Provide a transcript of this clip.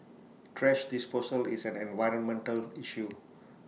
thrash disposal is an environmental issue